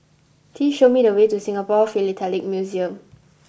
please show me the way to Singapore Philatelic Museum